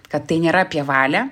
kad tai nėra apie valią